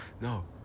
no